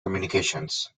communications